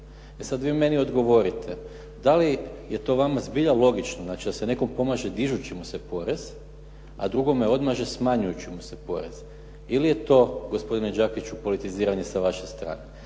sad vi meni odgovorite da li je to vama zbilja logično, znači da se nekome pomaže dižući mu se porez a drugome odmaže smanjujući mu se porez, ili je to gospodine Đakiću politiziranje sa vaše strane.